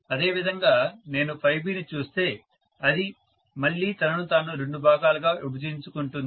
అదేవిధంగా నేను B ని చూస్తే అది మళ్ళీ తనను తాను రెండు భాగాలుగా విభజించుకుంటుంది